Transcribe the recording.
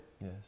Yes